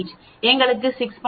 எங்களுக்கு 6